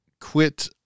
quit